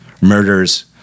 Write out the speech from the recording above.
murders